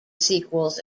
sequels